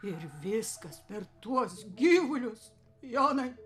ir viskas per tuos gyvulius jonai